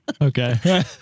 Okay